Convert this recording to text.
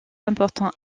importants